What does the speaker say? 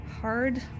hard